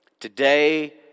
today